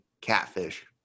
catfish